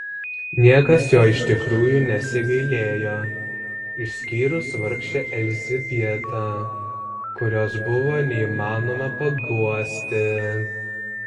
niekas jo iš tikrųjų nesigailėjo išskyrus vargšę elzbietą kurios buvo neįmanoma paguosti